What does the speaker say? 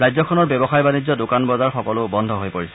ৰাজ্যখনৰ ব্যৱসায় বাণিজ্য দোকান বজাৰ সকলোবোৰ বন্ধ হৈ পৰিছে